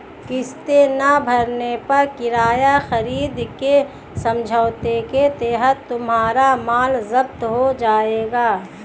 किस्तें ना भरने पर किराया खरीद के समझौते के तहत तुम्हारा माल जप्त हो जाएगा